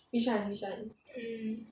which [one] which [one]